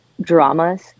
dramas